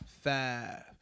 Five